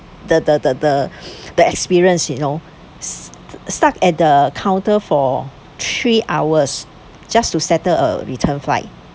the the the the the experience you know s~ stuck at the counter for three hours just to settle a return flight